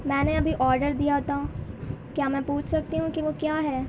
میں نے ابھی آڈر دیا تھا کیا میں پوچھ سکتی ہوں کہ وہ کیا ہے